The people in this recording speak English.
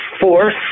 force